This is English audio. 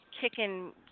kicking